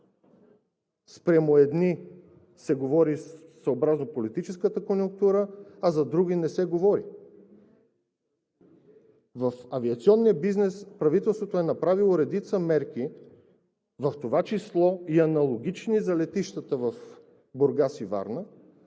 спрямо едни се говори съобразно политическата конюнктура, а за други не се говори? В авиационния бизнес правителството е направило редица мерки, в това число и аналогични за летищата в Бургас и Варна,